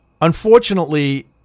unfortunately